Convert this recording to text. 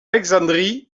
alexandrie